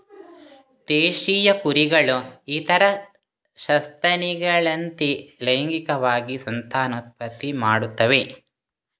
ದೇಶೀಯ ಕುರಿಗಳು ಇತರ ಸಸ್ತನಿಗಳಂತೆ ಲೈಂಗಿಕವಾಗಿ ಸಂತಾನೋತ್ಪತ್ತಿ ಮಾಡುತ್ತವೆ